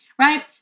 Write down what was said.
right